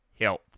health